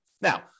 Now